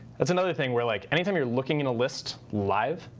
that's another thing where like any time you're looking in a list live,